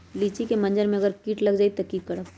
लिचि क मजर म अगर किट लग जाई त की करब?